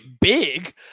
big